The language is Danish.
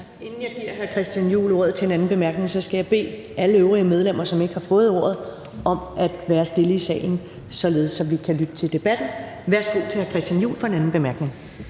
Inden jeg giver hr. Christian Juhl ordet til en anden bemærkning, skal jeg bede alle øvrige medlemmer, som ikke har fået ordet, om at være stille i salen, således at vi kan lytte til debatten. Værsgo til hr. Christian Juhl for en anden bemærkning.